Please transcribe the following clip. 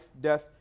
death